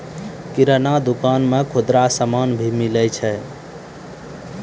किराना दुकान मे खुदरा समान भी मिलै छै